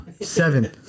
Seven